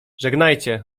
żegnajcie